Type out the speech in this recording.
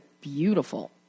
beautiful